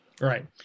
Right